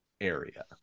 area